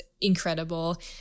incredible